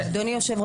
ואנחנו נהיה פה,